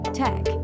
tech